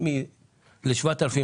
חד-פעמית.